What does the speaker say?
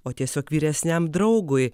o tiesiog vyresniam draugui